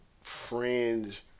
fringe